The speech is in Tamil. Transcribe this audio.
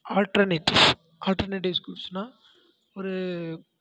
ஆல்ட்டர்நேட்டிவ்ஸ் ஆல்ட்டர்நேட்டிவ்ஸ் கூட்ஸ் ஒரு